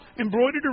embroidered